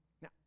Now